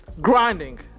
grinding